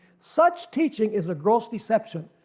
such teaching is a gross deception,